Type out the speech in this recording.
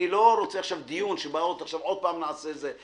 אני לא רוצה עכשיו דיון שבאות עכשיו: עוד פעם נעשה את זה.